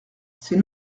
c’est